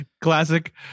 Classic